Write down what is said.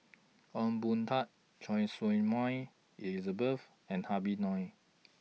Ong Boon Tat Choy Su Moi Elizabeth and Habib Noh